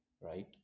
Right